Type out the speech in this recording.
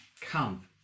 Come